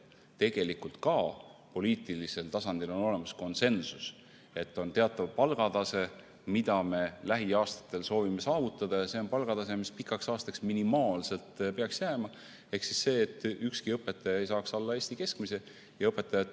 et ka poliitilisel tasandil on olemas konsensus, et on teatav palgatase, mida me lähiaastatel soovime saavutada, ja see on palgatase, mis pikkadeks aastateks peaks minimaalselt jääma. Ehk see on see, et ükski õpetaja ei saaks alla Eesti keskmise palga ja õpetajate